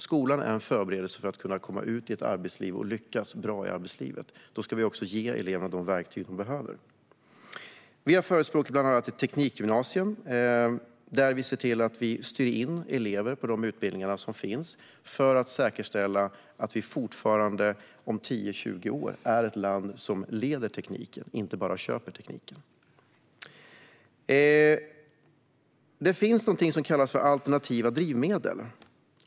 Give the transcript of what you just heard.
Skolan är en förberedelse för att komma ut i arbetslivet och lyckas bra där. Då ska vi också ge eleverna de verktyg de behöver. Vi har bland annat förespråkat ett teknikgymnasium, där vi styr in elever på utbildningar för att säkerställa att vi fortfarande om 10-20 år är ett land som leder tekniken, inte bara köper den. Det finns något som kallas alternativa drivmedel.